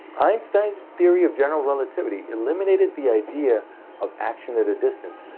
einstein's theory of general relativity eliminated the idea of action at a distance,